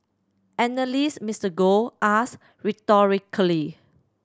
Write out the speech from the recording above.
analyst Mister Gold asked rhetorically